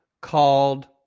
called